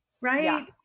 right